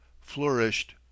flourished